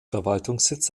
verwaltungssitz